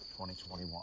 2021